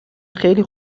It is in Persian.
خیلی